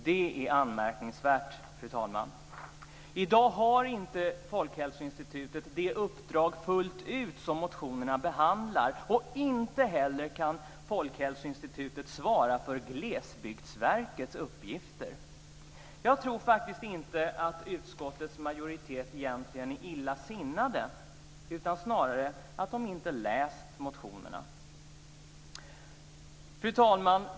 Det är anmärkningsvärt, fru talman. I dag har inte Folkhälsoinstitutet fullt ut det uppdrag som motionerna behandlar. Inte heller kan Folkhälsoinstitutet svara för Glesbygdsverkets uppgifter. Jag tror egentligen inte att utskottets majoritet är illasinnad, snarare att man inte har läst motionerna. Fru talman!